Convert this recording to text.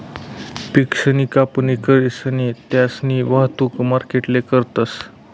पिकसनी कापणी करीसन त्यास्नी वाहतुक मार्केटले करतस